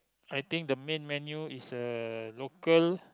I think the main menu is uh local